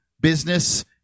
business